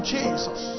Jesus